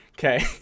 Okay